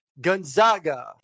Gonzaga